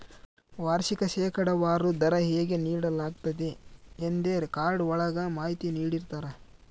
ವಾರ್ಷಿಕ ಶೇಕಡಾವಾರು ದರ ಹೇಗೆ ನೀಡಲಾಗ್ತತೆ ಎಂದೇ ಕಾರ್ಡ್ ಒಳಗ ಮಾಹಿತಿ ನೀಡಿರ್ತರ